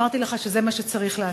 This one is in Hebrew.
אמרתי לך שזה מה שצריך לעשות.